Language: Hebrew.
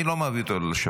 אני לא מעביר אותו לשב"כ,